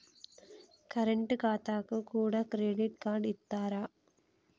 Current ఖాతాకు కూడా credit card ఇత్తరా?